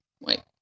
wait